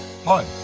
Hi